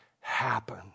happen